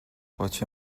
باچه